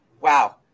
wow